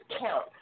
count